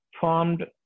formed